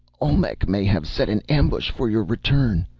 olmec may have set an ambush for your return!